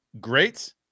great